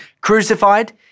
crucified